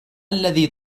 الذي